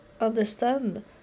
understand